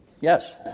Yes